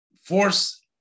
force